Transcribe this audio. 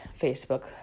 Facebook